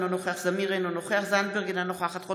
אינו נוכח אסף זמיר,